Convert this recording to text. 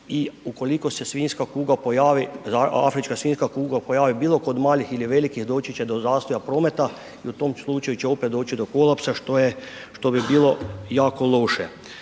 I ukoliko se svinjska kuga pojavi, afrička svinjska kuga pojavi bilo kod malih ili velikih doći će do zastoja prometa i u tom slučaju će opet doći do kolapsa što bi bilo jako loše.